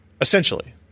Essentially